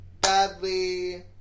badly